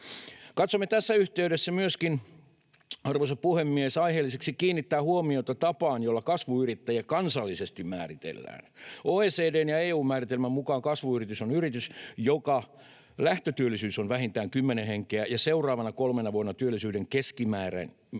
Katsomme tässä yhteydessä myöskin aiheelliseksi, arvoisa puhemies, kiinnittää huomiota tapaan, jolla kasvuyrittäjä kansallisesti määritellään. OECD:n ja EU:n määritelmän mukaan kasvuyritys on yritys, jonka lähtötyöllisyys on vähintään kymmenen henkeä ja työllisyyden keskimääräinen